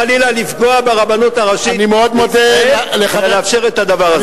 חס וחלילה לפגוע ברבנות הראשית לישראל כדי לאפשר את הדבר הזה.